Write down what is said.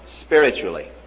spiritually